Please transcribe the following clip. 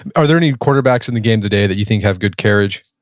are there any quarterbacks in the game today that you think have good carriage?